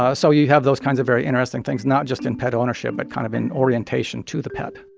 ah so you have those kinds of very interesting things, not just in pet ownership, but kind of in orientation to the pet